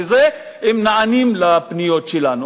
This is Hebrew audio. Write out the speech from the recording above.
הם נענים לפניות שלנו.